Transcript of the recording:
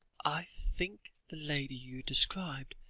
i think the lady you describe,